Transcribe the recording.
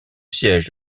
siège